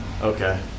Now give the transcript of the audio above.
Okay